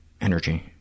energy